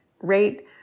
Rate